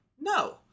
No